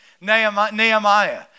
Nehemiah